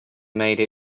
made